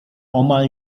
omal